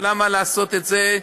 למה לעשות את זה?